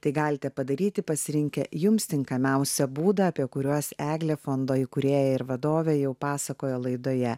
tai galite padaryti pasirinkę jums tinkamiausią būdą apie kuriuos eglė fondo įkūrėja ir vadovė jau pasakojo laidoje